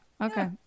Okay